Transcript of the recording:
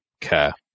care